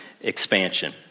expansion